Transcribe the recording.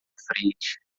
frente